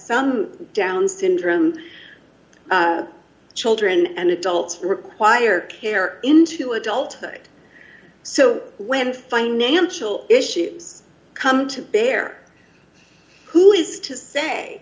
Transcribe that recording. down syndrome children and adults require care into adulthood so when financial issues come to bear who is to say